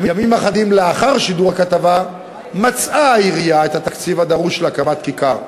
ימים אחדים לאחר שידור הכתבה מצאה העירייה את התקציב הדרוש להקמת כיכר.